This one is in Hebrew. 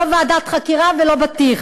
לא ועדת חקירה ולא בטיח.